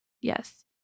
Yes